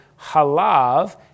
halav